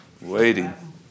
Waiting